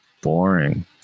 boring